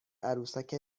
عروسک